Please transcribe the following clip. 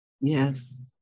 Yes